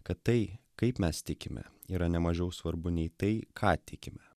kad tai kaip mes tikime yra nemažiau svarbu nei tai ką tikime